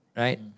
right